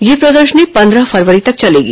यह प्रदर्शनी पंद्रह फरवरी तक चलेगी